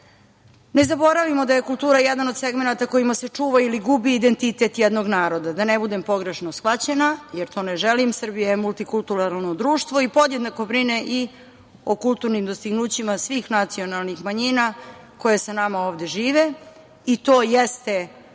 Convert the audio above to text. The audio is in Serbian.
zaboravimo da je kultura jedan od segmenata kojima se čuva ili gubi identitet jednog naroda. Da ne budem pogrešno shvaćena, jer to ne želim, Srbija je multikulturalno društvo i podjednako brine i o kulturnim dostignućima svih nacionalnih manjina koje sa nama ovde žive i to jeste naše